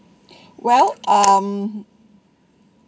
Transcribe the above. well um